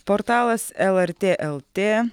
portalas lrt lt